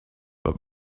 but